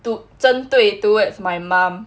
都针对 towards my mum